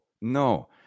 no